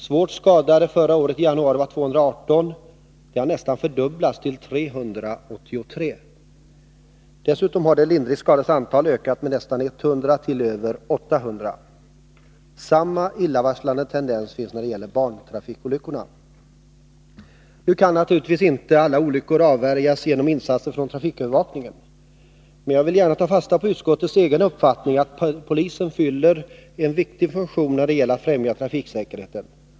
Svårt skadade var i januari förra året 218; den siffran har nästan fördubblats till 383. Dessutom har de lindrigt skadades antal ökat med nästan 100 till över 800 personer. Samma illavarslande tendens finns när det gäller barntrafikolyckorna. Nu kan naturligtvis inte alla olyckor avvärjas genom insatser från trafikövervakningen. Men jag vill gärna ta fasta på utskottets egen uppfattning att polisen fyller en viktig funktion när det gäller att främja trafiksäkerheten.